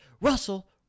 Russell